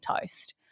toast